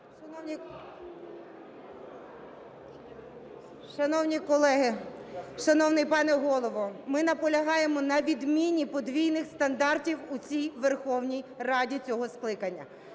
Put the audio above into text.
Шановні колеги, шановний пане Голово, ми наполягаємо на відміні подвійних стандартів у цій Верховній Раді цього скликання.